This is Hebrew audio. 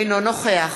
אינו נוכח